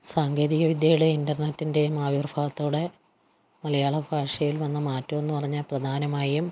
സാങ്കേതികവിദ്യകൾ ഇൻ്റർനെറ്റിൻ്റെയും ആവിർഭാവത്തോടെ മലയാളഭാഷയിൽ വന്ന മാറ്റമെന്ന് പറഞ്ഞാൽ പ്രധാനമായും